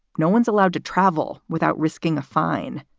no one's allowed to travel without risking a fine.